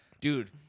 Dude